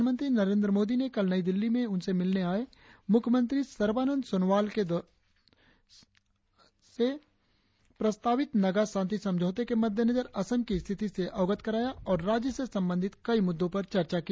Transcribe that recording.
प्रधानमंत्री नरेंद्र मोदी ने कल नई दिल्ली में उनसे मिलने आए मुख्यमंत्री सर्बानंद सोनोवाल के दौरान मुख्यमंत्री ने प्रधानमंत्री को प्रस्तावित नगा शांति समझौते के मद्देनजर असम की स्थिति से अवगत कराया और राज्य से संबंधित कई मुद्दों पर चर्चा की